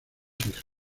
hijas